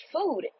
food